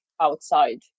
Outside